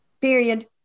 period